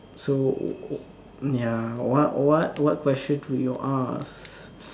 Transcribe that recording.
so ya what what what question would you ask